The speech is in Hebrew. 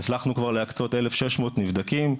הצלחנו כבר להקצות 1,600 מבדקים,